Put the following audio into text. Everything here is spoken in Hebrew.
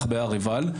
מהמזבח בהר עיבל.